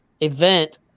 event